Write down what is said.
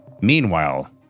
Meanwhile